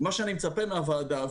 מה שאני מצפה מהוועדה,